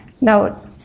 Now